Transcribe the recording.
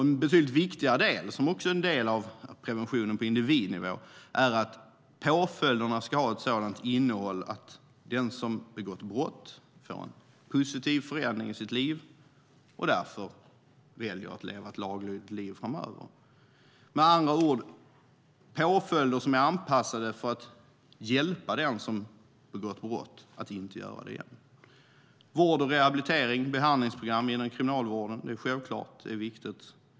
En betydligt viktigare del, som också är en del av preventionen på individnivå, är att påföljderna ska ha ett sådant innehåll att den som har begått brott får en positiv förändring i sitt liv och därför väljer att leva laglydigt framöver, med andra ord påföljder som är anpassade för att hjälpa den som har begått brott att inte göra det igen. Vård, rehabilitering och behandlingsprogram inom kriminalvården är självklart viktiga.